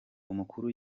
umukuru